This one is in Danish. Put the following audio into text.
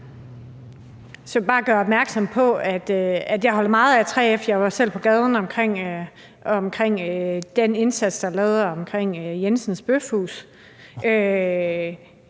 jeg holder meget af 3F, og jeg var jo selv på gaden ved den indsats, der blev lavet omkring Jensens Bøfhus.